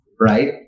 right